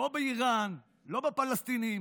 לא באיראן ולא בפלסטינים